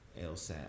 LSAT